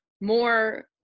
More